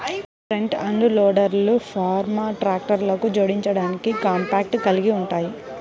front end లోడర్లు farm ట్రాక్టర్లకు జోడించడానికి కాంపాక్ట్ కలిగి ఉంటాయి